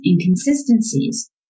inconsistencies